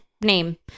name